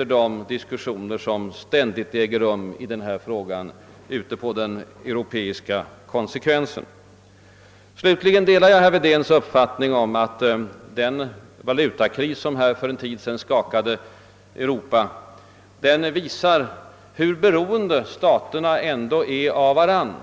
av de diskussioner som ständigt äger rum i den här frågan ute på den europeiska kontinenten. Jag delar herr Wedéns uppfattning att den valutakris som för en tid sedan skakade Europa visar hur beroende staterna ändå är av varandra.